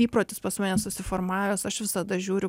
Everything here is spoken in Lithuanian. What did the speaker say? įprotis pas mane susiformavęs aš visada žiūriu